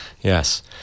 yes